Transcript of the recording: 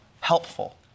helpful